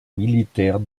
militaire